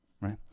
right